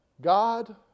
God